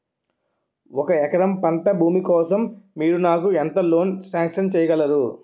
ఒక ఎకరం పంట భూమి కోసం మీరు నాకు ఎంత లోన్ సాంక్షన్ చేయగలరు?